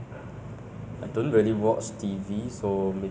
show this show to some ot~ some you know like